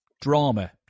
drama